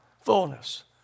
fullness